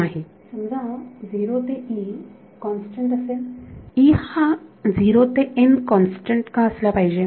विद्यार्थी समजा 0 ते E कॉन्स्टंट असेल E हा 0 ते n कॉन्स्टंट का असला पाहिजे